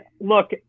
look